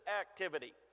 activity